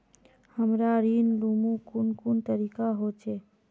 हमरा ऋण लुमू कुन कुन तरीका होचे?